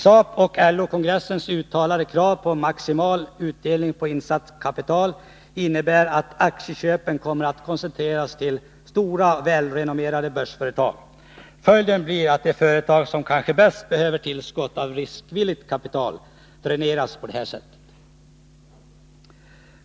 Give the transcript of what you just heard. SAP och LO-kongressens uttalade krav på maximal utdelning på insatt kapital innebär att aktieköpen kommer att koncentreras till stora, välrenommerade börsföretag. Följden blir att de företag som kanske bäst behöver tillskott av riskvilligt kapital dräneras på detta.